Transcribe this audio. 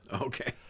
Okay